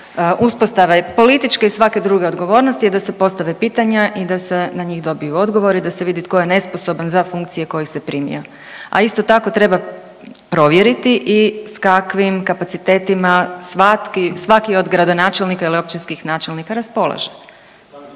uspostave političke i svake druge odgovornosti je da se postave pitanja i da se na njih dobiju odgovori, da se vidi tko je nesposoban za funkcije kojih se primio. A isto tako treba provjeriti i s kakvim kapacitetima svaki od gradonačelnika ili općinskih načelnika raspolaže.